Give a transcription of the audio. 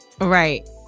Right